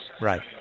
Right